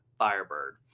Firebird